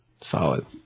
Solid